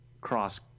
cross